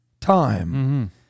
time